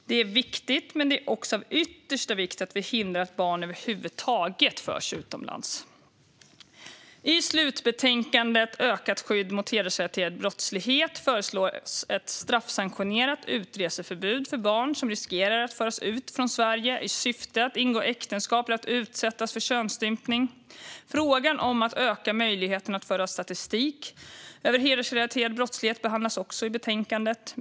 Det är viktigt, men det är också av yttersta vikt att vi hindrar att barn över huvud taget förs utomlands. I slutbetänkandet Ökat skydd mot hedersrelaterad brottslighet föreslås ett straffsanktionerat utreseförbud för barn som riskerar att föras ut från Sverige i syfte att ingå äktenskap eller utsättas för könsstympning. Frågan om att öka möjligheterna att föra statistik över hedersrelaterad brottslighet behandlas också i betänkandet.